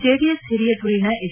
JDS ಹಿರಿಯ ದುರೀಣ H